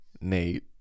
Nate